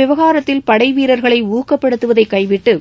விவகாரத்தில் படைவீரர்களை ஊக்கப்படுத்துவதை கைவிட்டு